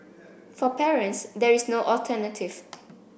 for parents there is no alternative